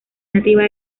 nativa